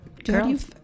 Girls